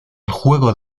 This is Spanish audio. juego